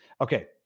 Okay